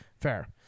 Fair